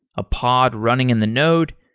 a pod running in the node,